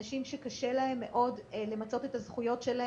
אנשים שקשה להם מאוד למצות את הזכויות שלהם,